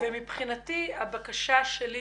מבחינתי הבקשה שלי